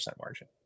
margin